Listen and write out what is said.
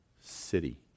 city